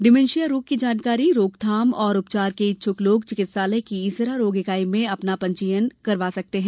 dementia रोग की जानकारी रोकथाम एवं उपचार के इच्छुक लोग चिकित्सालय की जरारोग इकाई में अपना पंजीयन करवा सकते हैं